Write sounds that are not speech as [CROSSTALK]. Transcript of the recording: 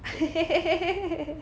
[LAUGHS]